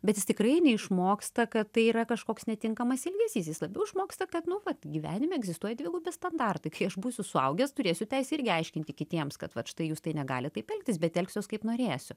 bet jis tikrai neišmoksta kad tai yra kažkoks netinkamas elgesys jis labiau išmoksta kad nu vat gyvenime egzistuoja dvigubi standartai kai aš būsiu suaugęs turėsiu teisę aiškinti kitiems kad vat štai jūs tai negalit taip elgtis bet elgsiuos kaip norėsiu